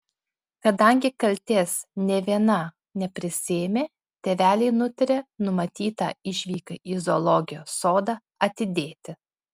kadangi kaltės nė viena neprisiėmė tėveliai nutarė numatytą išvyką į zoologijos sodą atidėti